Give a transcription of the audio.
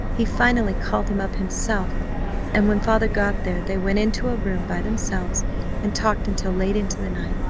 he finally called him up himself and when father got there they went into a room by themselves and talked until late into the night.